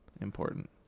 important